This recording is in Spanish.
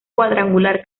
cuadrangular